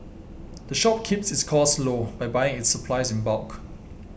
the shop keeps its costs low by buying its supplies in bulk